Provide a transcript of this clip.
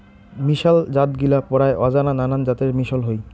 মিশাল জাতগিলা পরায় অজানা নানান জাতের মিশল হই